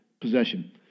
possession